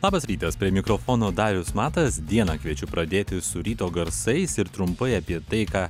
labas rytas prie mikrofono darius matas dieną kviečiu pradėti su ryto garsais ir trumpai apie tai ką